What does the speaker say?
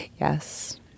Yes